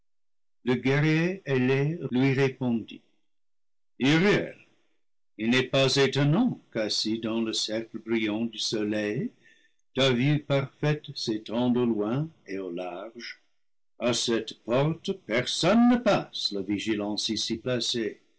lui répondit uriel il n'est pas étonnant qu'assis dans le cercle brillant du soleil ta vue parfaite s'étende au loin et au large a cette porte personne ne passe la vigilance ici placée